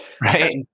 Right